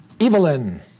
Evelyn